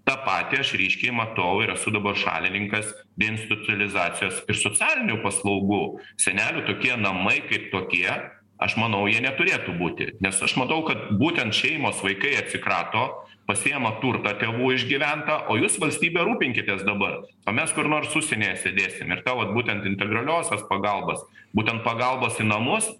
tą patį aš ryškiai matau ir esu dabar šalininkas deinstucializacijos ir socialinių paslaugų senelių tokie namai kaip tokie aš manau jie neturėtų būti nes aš matau kad būtent šeimos vaikai atsikrato pasiima turtą tėvų išgyventą o jūs valstybe rūpinkitės dabar o mes kur nors užsienyje sėdėsim ir ta va būtent integraliosios pagalbos būtent pagalbos į namus